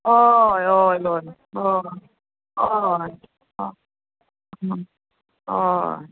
हय हय लोन हय हय हय